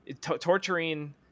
torturing